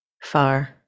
far